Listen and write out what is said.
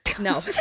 No